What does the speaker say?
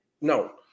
No